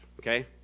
okay